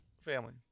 Family